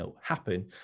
happen